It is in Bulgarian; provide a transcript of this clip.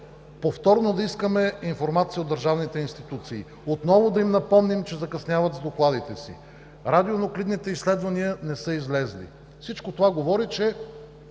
повторно да искаме информация от държавните институции, отново да им напомним, че закъсняват с докладите си. Радионуклидните изследвания не са излезли. Всичко това говори, че